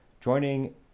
joining